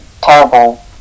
terrible